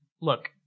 Look